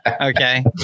okay